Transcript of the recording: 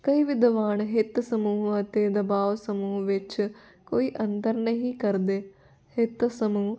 ਕਈ ਵਿਦਵਾਨ ਹਿੱਤ ਸਮੂਹ ਅਤੇ ਦਬਾਓ ਸਮੂਹ ਵਿੱਚ ਕੋਈ ਅੰਤਰ ਨਹੀਂ ਕਰਦੇ ਹਿੱਤ ਸਮੂਹ